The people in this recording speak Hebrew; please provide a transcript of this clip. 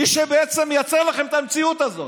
מי שבעצם מייצר לכם את המציאות הזאת,